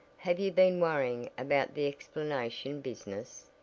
have you been worrying about the explanation business?